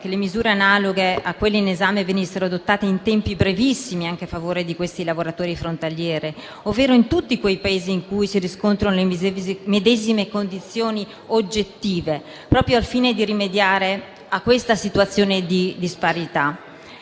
che misure analoghe a quelle in esame venissero adottate in tempi brevissimi anche a favore di questi lavoratori frontalieri, ovvero in tutti i Paesi in cui si riscontrano le medesime condizioni oggettive, proprio al fine di rimediare a questa situazione di disparità.